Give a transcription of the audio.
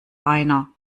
einer